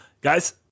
Guys